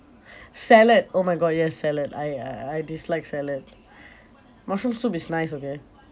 salad oh my god yes salad I I I dislike salad mushroom soup is nice okay